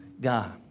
God